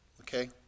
okay